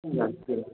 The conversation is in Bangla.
না ঠিক আছে